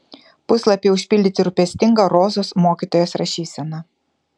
puslapiai užpildyti rūpestinga rozos mokytojos rašysena